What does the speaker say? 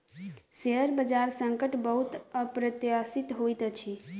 share बजार संकट बहुत अप्रत्याशित होइत अछि